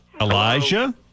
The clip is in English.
Elijah